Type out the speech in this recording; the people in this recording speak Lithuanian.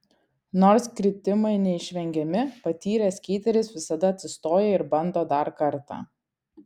nors kritimai neišvengiami patyręs skeiteris visada atsistoja ir bando dar kartą